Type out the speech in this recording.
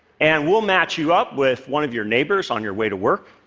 and we'll match you up with one of your neighbors on your way to work